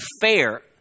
fair